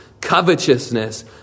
covetousness